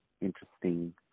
interesting